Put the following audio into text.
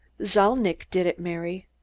zalnitch did it, mary.